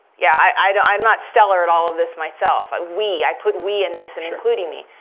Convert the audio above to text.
yeah i'm not stellar at all of this myself. we, i put we in this including me.